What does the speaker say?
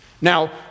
Now